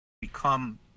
become